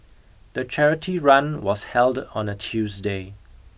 the charity run was held on a Tuesday